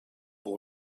boy